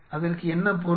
அதற்கு என்ன பொருள்